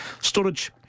Storage